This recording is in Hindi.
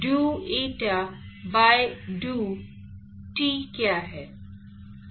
do eta by d t क्या है